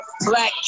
Black